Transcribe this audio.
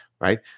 Right